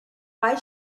why